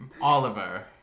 Oliver